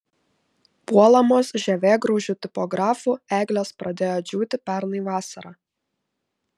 puolamos žievėgraužių tipografų eglės pradėjo džiūti pernai vasarą